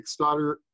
Kickstarter